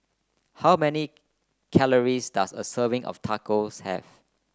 how many calories does a serving of Tacos have